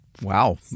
Wow